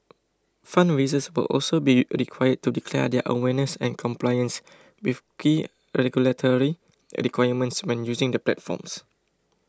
fundraisers will also be required to declare their awareness and compliance with key regulatory requirements when using the platforms